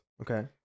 Okay